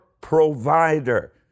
provider